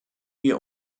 wir